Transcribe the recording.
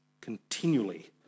continually